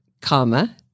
comma